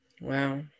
Wow